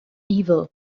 evil